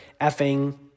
effing